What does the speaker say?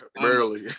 Barely